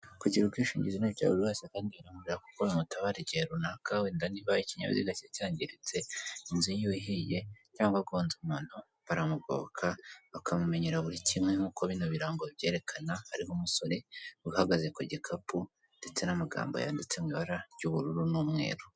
Kugira ubwishingizi ni ibya buri wese, kandi biramureba kuko bimutabara igihe runaka, wenda niba ikinyabiziga cye cyangiritse, inzu ye ihiye, baramugoka bakamumenyera buri kimwe nk'uko bino birango byerekana hariho umusore uhagaze ku gikapu ndetse n'amagambo yanditse mu ibara ry'ubururu n'umweru.